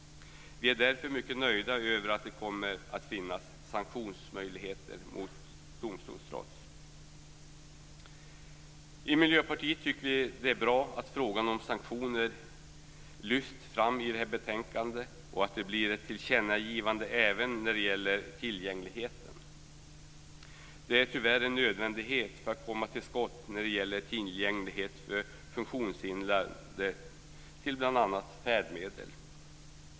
Vi är därför mycket nöjda över att det kommer att finnas sanktionsmöjligheter mot domstolstrots. I Miljöpartiet tycker vi att det är bra att frågan om sanktioner lyfts fram i det här betänkandet och att det blir ett tillkännagivande även när det gäller tillgängligheten. Det är tyvärr en nödvändighet för att komma till skott när det gäller tillgänglighet för funktionshindrade till bl.a. färdmedel.